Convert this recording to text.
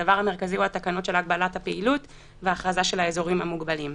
הדבר המרכזי הוא התקנות של הגבלת הפעילות והכרזה של אזורים מוגבלים.